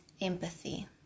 Empathy